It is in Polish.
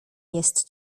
jest